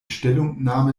stellungnahme